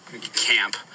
Camp